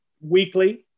weekly